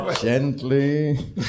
Gently